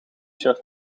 shirt